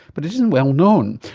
but it isn't well known.